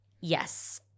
yes